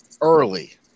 early